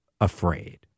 afraid